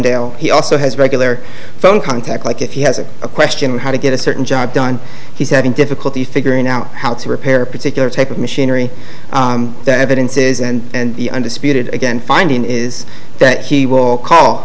dale he also has regular phone contact like if he has a question of how to get a certain job done he's having difficulty figuring out how to repair a particular type of machinery the evidence is and undisputed again finding is that he will call